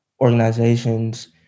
organizations